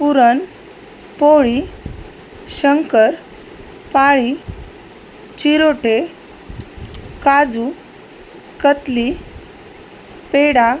puran poli shankarpali chirote kaju katli peda